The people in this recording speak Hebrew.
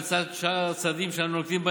ולצד שאר הצעדים שאנו נוקטים,